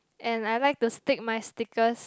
and I like to stick my stickers